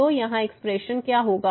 तो यहाँ एक्सप्रेशन क्या होगा